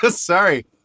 Sorry